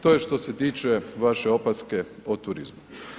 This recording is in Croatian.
To je što se tiče vaše opaske o turizmu.